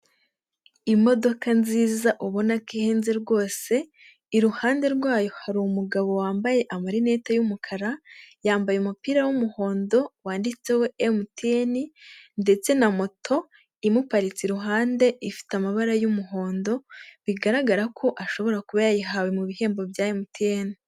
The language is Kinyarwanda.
Imodoka nziza ubona ko ihenze rwose, iruhande rwayo hari umugabo wambaye amarinete y'umukara, yambaye umupira w'umuhondo wanditseho MTN ndetse na moto imuparitse iruhande ifite amabara y'umuhondo, bigaragara ko ashobora kuba yayihawe mu bihembo bya MTN.